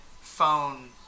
phone